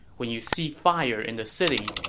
when you see fire in the city,